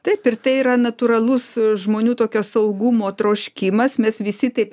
taip ir tai yra natūralus žmonių tokio saugumo troškimas mes visi taip